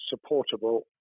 supportable